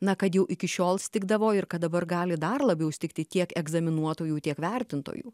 na kad jau iki šiol stigdavo ir kad dabar gali dar labiau stigti tiek egzaminuotojų tiek vertintojų